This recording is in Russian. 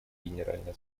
генеральной